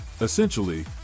Essentially